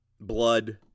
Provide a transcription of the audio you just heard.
blood